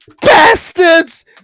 bastards